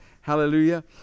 Hallelujah